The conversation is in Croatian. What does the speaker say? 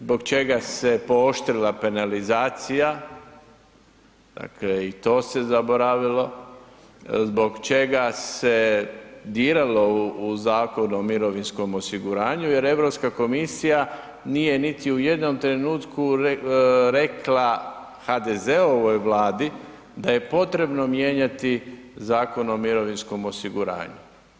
Zbog čega se pooštrila penalizacija, dakle i to se zaboravilo, zbog čega se diralo u Zakon o mirovinskom osiguranju jer EU komisija nije niti u jednom trenutku rekla HDZ-ovoj Vladi da je potrebno mijenjati Zakon o mirovinskom osiguranju.